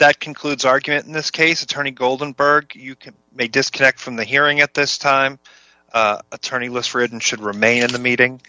that concludes argument in this case attorney golden burke you can disconnect from the hearing at this time attorney looks for it and should remain in the meeting